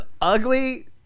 ugly